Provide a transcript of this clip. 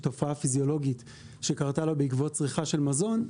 תופעה פיזיולוגית שקרתה לו בעקבות צריכה של מזון,